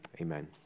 Amen